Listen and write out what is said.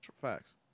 facts